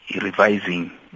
revising